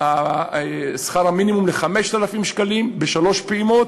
שכר המינימום ל-5,000 שקלים, בשלוש פעימות.